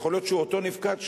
יכול להיות שאותו נפקד שיבוא,